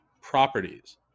properties